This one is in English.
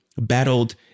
battled